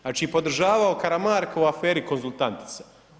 Znači podržavao Karamarka u aferi konzultantica.